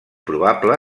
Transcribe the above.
probable